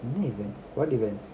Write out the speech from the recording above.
என்ன:enna events what events